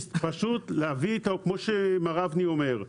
כמו שמר אבני אומר: